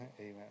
Amen